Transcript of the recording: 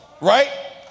Right